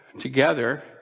together